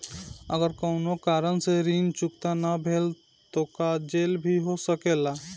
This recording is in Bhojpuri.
अगर कौनो कारण से ऋण चुकता न भेल तो का जेल भी हो सकेला?